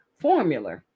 formula